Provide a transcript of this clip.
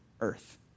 earth